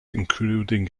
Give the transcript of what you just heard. including